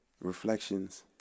Reflections